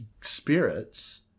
spirits